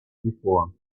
before